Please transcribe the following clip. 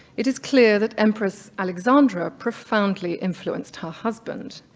it is clear that empress alexandra profoundly influenced her husband.